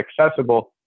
accessible